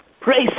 Praise